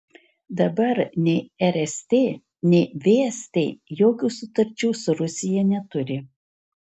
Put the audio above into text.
dabar nei rst nei vst jokių sutarčių su rusija neturi